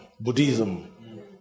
Buddhism